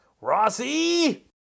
Rossi